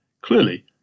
Clearly